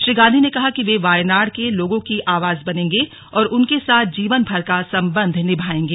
श्री गांधी ने कहा कि वे वायनाड के लोगों की आवाज बनेंगे और उनके साथ जीवनभर का संबंध निभायेंगे